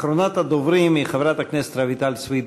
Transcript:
אחרונת הדוברים היא חברת הכנסת רויטל סויד,